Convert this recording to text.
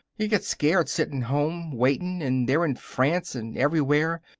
you get scared, sitting home, waiting, and they're in france and everywhere,